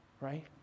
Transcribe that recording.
right